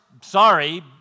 sorry